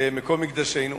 מקום מקדשנו.